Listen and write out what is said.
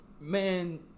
man